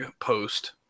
post